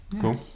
Cool